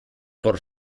por